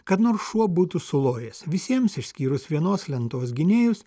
kad nors šuo būtų sulojęs visiems išskyrus vienos lentos gynėjus